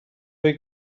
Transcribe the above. fwy